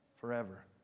forever